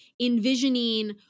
envisioning